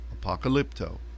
apocalypto